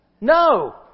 No